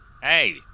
Hey